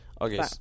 okay